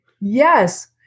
Yes